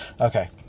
Okay